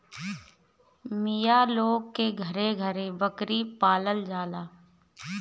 मिया लोग के घरे घरे बकरी पालल जाला